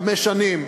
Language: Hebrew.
חמש שנים,